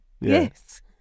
Yes